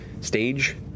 stage